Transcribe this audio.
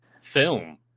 film